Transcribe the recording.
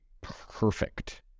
perfect